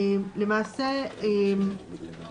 למעשה מה שנאמר,